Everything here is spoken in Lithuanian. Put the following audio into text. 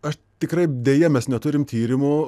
aš tikrai deja mes neturim tyrimų